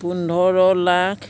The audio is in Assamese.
পোন্ধৰ লাখ